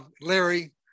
Larry